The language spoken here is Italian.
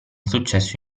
successo